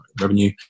revenue